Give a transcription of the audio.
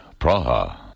Praha